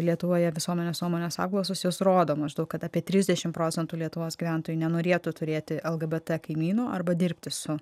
lietuvoje visuomenės nuomonės apklausos jos rodo maždaug kad apie trisdešim procentų lietuvos gyventojų nenorėtų turėti lgbt kaimynų arba dirbti